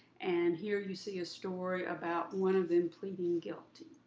and here, you see a story about one of them pleading guilty.